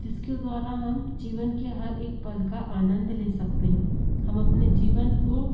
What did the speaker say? जिसके द्वारा हम जीवन के हर एक पल का आनंद ले सकते हैं हम अपने जीवन को